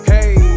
Hey